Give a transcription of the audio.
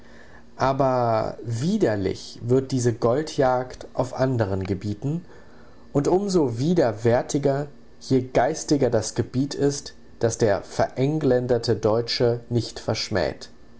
aber widerlich wird diese gold jagd auf anderen gebieten und um so widerwärtiger je geistiger das gebiet ist das der verengländerte deutsche nicht verschmäht